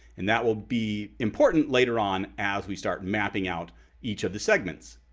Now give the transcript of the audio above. and that will be important later on as we start mapping out each of the segments.